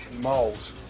mold